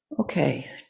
Okay